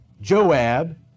Joab